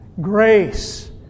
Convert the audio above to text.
Grace